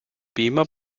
beamer